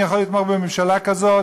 אני יכול לתמוך בממשלה כזאת?